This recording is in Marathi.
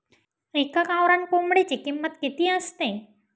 एका गावरान कोंबडीची किंमत किती असते?